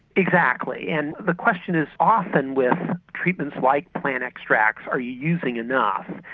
exactly and the question is often with treatments like plant extract are you using enough?